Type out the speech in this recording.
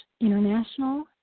International